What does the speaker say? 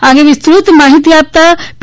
આ અંગે વિસ્તૃત માહીતી આપાત પી